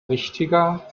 richtiger